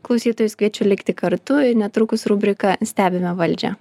klausytojus kviečiu likti kartu ir netrukus rubrika stebime valdžią